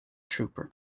trooper